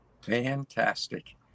fantastic